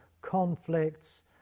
conflicts